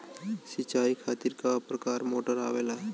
सिचाई खातीर क प्रकार मोटर आवेला?